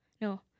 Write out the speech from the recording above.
No